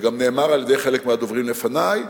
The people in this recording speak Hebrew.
וזה גם נאמר על-ידי חלק מהדוברים לפני,